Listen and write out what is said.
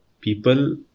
people